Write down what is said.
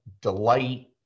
delight